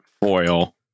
foil